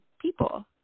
people